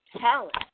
talent